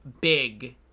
big